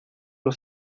los